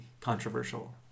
controversial